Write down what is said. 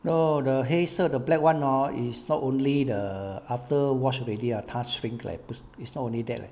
no the 黑色的 black [one] hor is not only the after wash already ah 它 shrink like 不 it's not only that leh